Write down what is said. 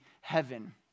heaven